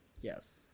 Yes